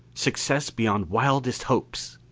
success beyond wildest hopes.